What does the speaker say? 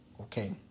Okay